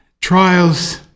Trials